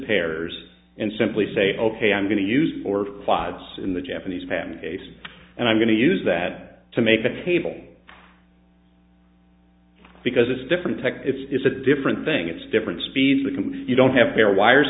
pairs and simply say ok i'm going to use or slides in the japanese pan case and i'm going to use that to make a table because it's different tech it's a different thing it's different speeds you can you don't have here wires